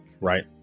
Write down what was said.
right